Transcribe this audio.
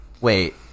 wait